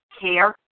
care